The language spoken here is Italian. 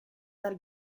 dal